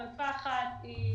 חלופה אחת היא